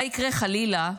מה יקרה חלילה,